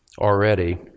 already